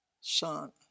son